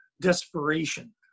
desperation